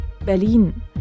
Berlin